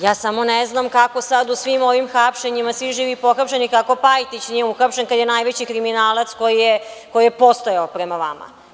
Ja samo ne znam kako sad u svim ovim hapšenjima, svi živi pohapšeni, Pajtić nije uhapšen kada je najveći kriminalac koji je postojao, prema vama?